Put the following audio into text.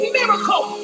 miracle